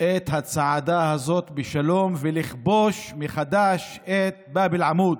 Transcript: את הצעדה הזאת בשלום ולכבוש מחדש את באב אל-עמוד.